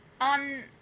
on